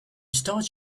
start